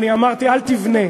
אני אמרתי: אל תבנה,